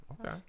Okay